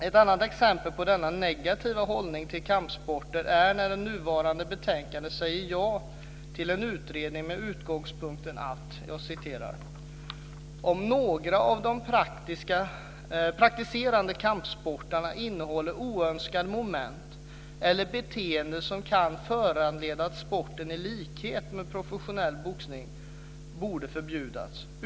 Ett annat exempel på denna negativa hållning till kampsporter är att det nu förevarande betänkandet säger ja till en utredning med utgångspunkten "om några av de praktiserade kampsporterna innehåller oönskade moment eller beteenden som kan föranleda att sporterna i likhet med professionell boxning borde förbjudas.